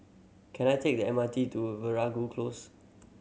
can I take the M R T to Veeragoo Close